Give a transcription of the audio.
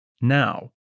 Now